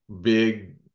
big